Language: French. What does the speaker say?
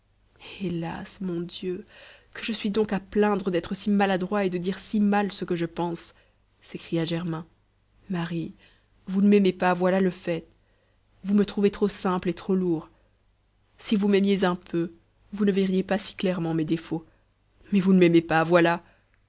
hélas mon dieu que je suis donc à plaindre d'être si maladroit et de dire si mal ce que je pense s'écria germain marie vous ne m'aimez pas voilà le fait vous me trouvez trop simple et trop lourd si vous m'aimiez un peu vous ne verriez pas si clairement mes défauts mais vous ne m'aimez pas voilà